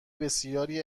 بسیاری